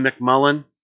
McMullen